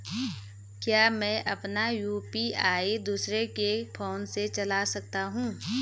क्या मैं अपना यु.पी.आई दूसरे के फोन से चला सकता हूँ?